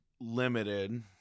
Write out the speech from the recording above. limited